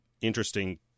interesting